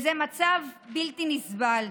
זה מצב בלתי נסבל.